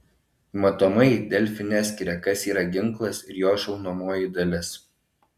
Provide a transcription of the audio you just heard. matomai delfi neskiria kas yra ginklas ir jo šaunamoji dalis